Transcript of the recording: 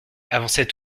avançait